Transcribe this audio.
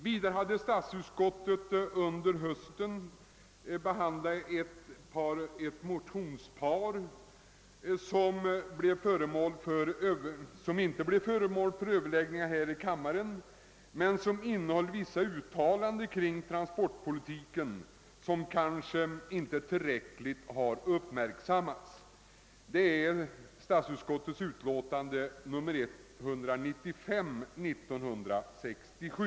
Vidare hade statsutskottet under hösten att behandla ett motionspar, som inte blev föremål för överläggning här i kammaren men som innehöll vissa uttalanden kring transportpolitiken, vilka kanske inte tillräckligt har uppmärksammats. Jag avser statsutskottets utlåtande nr 195 1967.